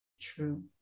True